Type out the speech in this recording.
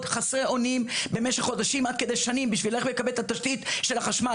חסרי אונים במשך חודשים עד כדי שנים בשביל לקבל תשתית של החשמל.